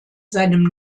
seinem